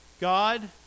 God